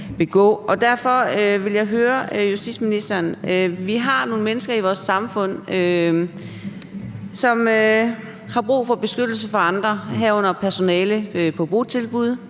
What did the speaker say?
derfor vil jeg høre: Vi har nogle mennesker i vores samfund, som har brug for beskyttelse fra andre, herunder personale på botilbud